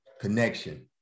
Connection